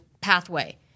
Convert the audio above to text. pathway